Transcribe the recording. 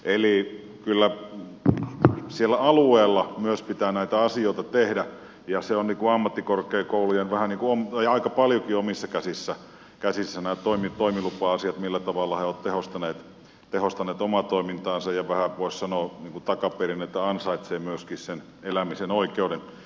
eli kyllä siellä alueella myös pitää näitä asioita tehdä ja on joku ammattikorkekouluja vaan huom tuli aika paljonkin ammattikorkeakoulujen omissa käsissä nämä toimilupa asiat millä tavalla ne ovat tehostaneet omaa toimintaansa ja vähän voisi sanoa takaperin että ansainneet myöskin sen elämisen oikeuden